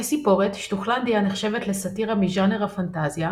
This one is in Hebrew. כסיפורת, שטוחלנדיה נחשבת לסאטירה מז'אנר הפנטזיה,